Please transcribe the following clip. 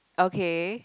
okay